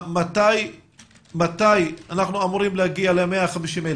מתי אנחנו אמורים להגיע ל-150,000?